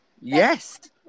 Yes